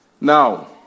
Now